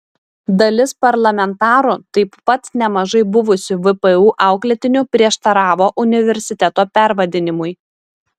dalis parlamentarų taip pat nemažai buvusių vpu auklėtinių prieštaravo universiteto pervardinimui